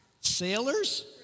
sailors